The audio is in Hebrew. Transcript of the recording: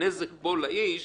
הנזק פה לאדם